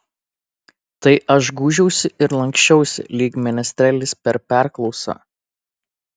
tai aš gūžiausi ir lanksčiausi lyg menestrelis per perklausą